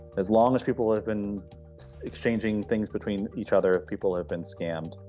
as long as people have been exchanging things between each other, people have been scammed.